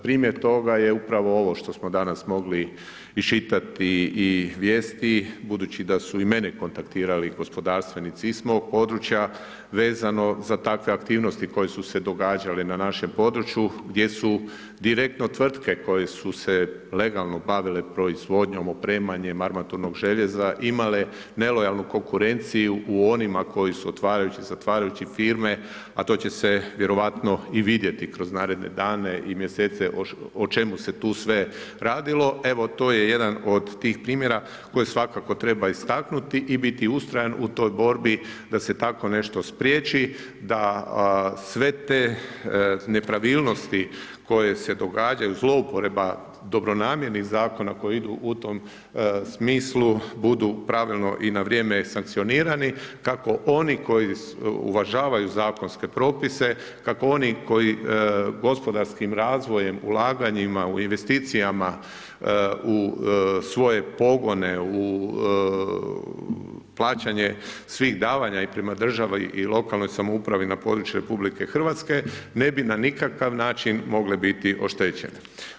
Primjer toga je upravo ovo što smo danas mogli isčitati i vijesti, budući da su i mene kontaktirali gospodarstvenici iz mog područja vezano za takve aktivnosti koje su se događale na našem području, gdje su direktno tvrtke koje su se legalno bavile proizvodnjom, opremanjem armaturnog željeza imale nelojalnu konkurenciju u onima koji su otvarajući, zatvarajući firme, a to će se vjerovatno i vidjeti kroz naredne dane i mjesece o čemu se tu sve radilo, evo to je jedan od tih primjera koje svakako treba istaknuti i biti ustrajan u toj borbi da se tako nešto spriječi, da sve te nepravilnosti koje se događaju, zlouporaba dobronamjernih Zakona koje idu u tom smislu budu pravilno i na vrijeme sankcionirani kako oni koji uvažavaju zakonske propise, kako oni koji gospodarskim razvojem, ulaganjima, u investicijama, u svoje pogone, u plaćanje svih davanja i prema državi, i lokalnoj samoupravi na području Republike Hrvatske ne bi na nikakav način mogle biti oštećene.